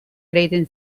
eragiten